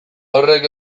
horrek